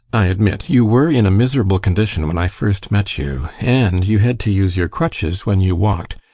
i admit you were in a miserable condition when i first met you, and you had to use your crutches when you walked,